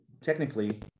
technically